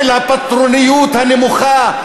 של הפטרוניות הנמוכה,